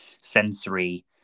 sensory